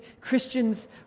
Christians